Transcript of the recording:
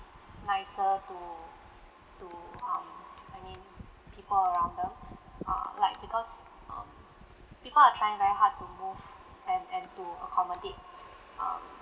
nicer to to um I mean people around them uh like because um people are trying very hard to move and and to accommodate um